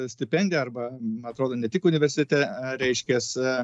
stipendiją arba man atrodo ne tik universitete reiškias